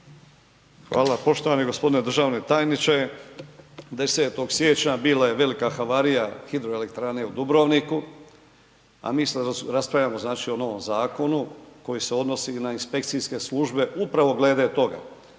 Hvala. Poštovani g. državni tajniče. 10. siječnja bila je velika havarija hidroelektrane u Dubrovniku, a mi sad raspravljamo znači o novom zakonu koji se odnosi na inspekcijske službe upravo glede toga.